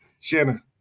Shanna